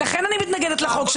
לכן אני מתנגדת לחוק שלך.